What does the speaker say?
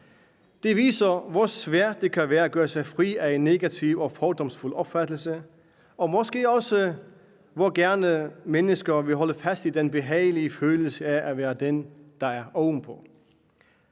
Det viser, hvor svært det kan være at gøre sig fri af en negativ og fordomsfuld opfattelse, og måske også hvor gerne mennesker vil holde fast i den behagelige følelse af at være den, der er ovenpå.